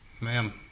ma'am